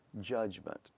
judgment